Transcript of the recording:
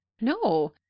No